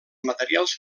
materials